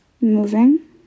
Moving